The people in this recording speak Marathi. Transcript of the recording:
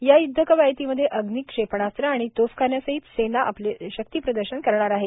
या युध्द कवायतीमध्ये अग्नी क्षेपणास्त्र आणि तोफखान्यासहित सेना आपले शक्ती प्रदर्शन करणार आहे